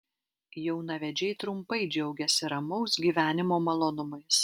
jaunavedžiai trumpai džiaugiasi ramaus gyvenimo malonumais